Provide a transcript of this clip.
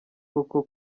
koko